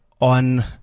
on